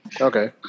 Okay